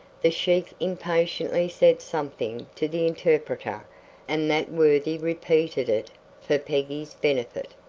the sheik impatiently said something to the interpreter and that worthy repeated it for peggy's benefit.